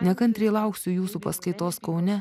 nekantriai lauksiu jūsų paskaitos kaune